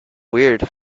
weird